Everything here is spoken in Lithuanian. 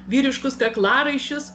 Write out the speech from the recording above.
vyriškus kaklaraiščius